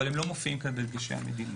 אבל הם לא מופיעים כאן בהדגשי המדיניות.